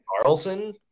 Carlson